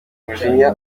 mujinya